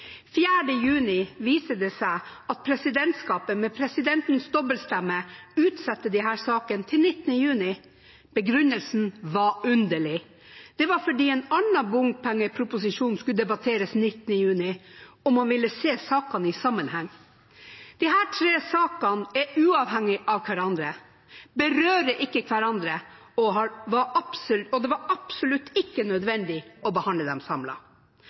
5. juni. Den 4. juni viser det seg at presidentskapet, med presidentens dobbeltstemme, utsetter disse sakene til 19. juni. Begrunnelsen var underlig. Det var fordi en annen bompengeproposisjon skulle debatteres 19. juni, og man ville se sakene i sammenheng. Disse tre sakene er uavhengige av hverandre, berører ikke hverandre, og det var absolutt ikke nødvendig å behandle dem